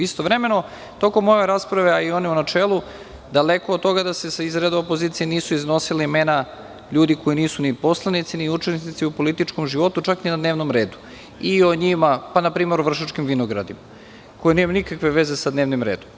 Istovremeno tokom ove rasprave, a i one u načelu, daleko od toga da se iz redova opozicije nisu iznosila imena ljudi koji nisu ni poslanici, ni učesnici u političkom životu, čak i u dnevnom redu, na primer o Vršačkim Vinogradi koji nemaju nikakve veze sa dnevnim redom.